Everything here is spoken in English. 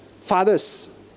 fathers